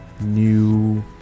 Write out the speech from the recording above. new